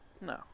No